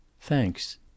Thanks